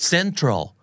Central